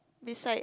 beside